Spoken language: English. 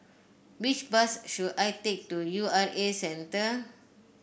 which bus should I take to U R A Centre